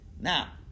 Now